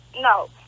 No